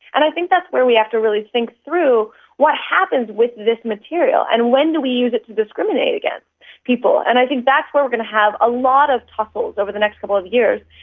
and i think that's where we have to really think through what happens with this material and when do we use it to discriminate against people, and i think that's where we're going to have a lot of tussles over the next couple of years,